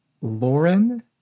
Lauren